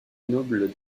nobles